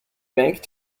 bank